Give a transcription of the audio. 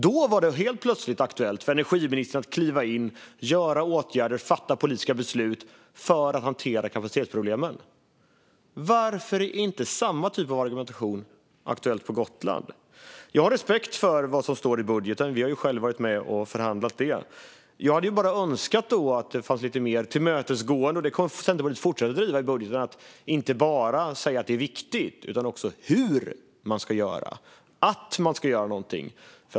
Då var det helt plötsligt aktuellt för energiministern att kliva in och vidta åtgärder och fatta politiska beslut för att hantera kapacitetsproblemen. Varför är inte samma typ av argumentation aktuell på Gotland? Jag har respekt för vad som står i budgeten. Vi har ju själva varit med och förhandlat det. Jag hade bara önskat att man var lite mer tillmötesgående. Det kommer Centerpartiet att fortsätta driva i budgetarbetet - att man inte bara ska säga att det är viktigt att göra något utan också säga hur man ska göra och faktiskt göra det.